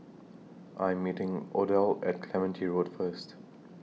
I Am meeting Odell At Clementi Road First